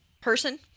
person